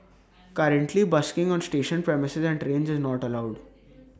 currently busking on station premises and trains is not allowed